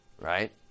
Right